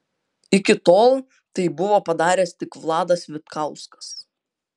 iki tol tai buvo padaręs tik vladas vitkauskas